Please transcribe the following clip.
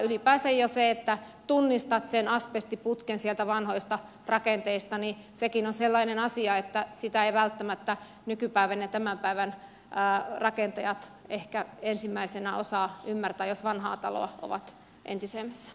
ylipäänsä jo se että tunnistat sen asbestiputken sieltä vanhoista rakenteista on sellainen asia että sitä eivät välttämättä nykypäivänä tämän päivän rakentajat ehkä ensimmäisenä osaa ymmärtää jos vanhaa taloa ovat entisen ss